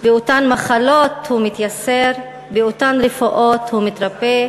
מאותן מחלות הוא מתייסר, באותן רפואות הוא מתרפא?